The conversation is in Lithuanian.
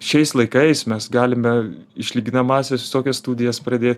šiais laikais mes galime išlyginamąsias visokias studijas pradė